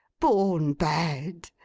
born bad.